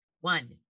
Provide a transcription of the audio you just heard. One